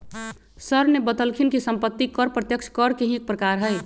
sir ने बतल खिन कि सम्पत्ति कर प्रत्यक्ष कर के ही एक प्रकार हई